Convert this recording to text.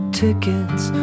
tickets